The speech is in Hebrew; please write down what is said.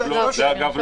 אגב,